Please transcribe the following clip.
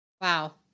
Wow